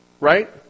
Right